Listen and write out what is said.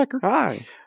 Hi